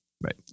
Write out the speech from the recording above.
Right